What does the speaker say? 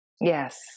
Yes